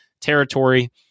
territory